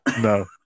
No